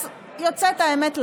אז יוצאת האמת לאור,